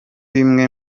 bimwe